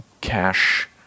cash